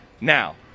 Now